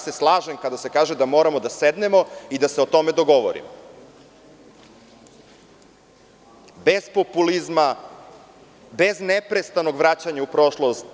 Slažem se kada se kaže da moramo da sednemo i da se o tome dogovorimo, bez populizma, bez neprestanog vraćanja u prošlost.